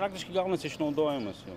praktiškai gaunasi išnaudojimas jau